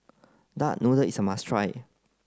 duck noodle is a must try